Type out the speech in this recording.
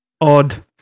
Odd